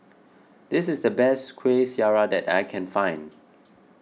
this is the best Kuih Syara that I can find